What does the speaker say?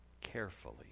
carefully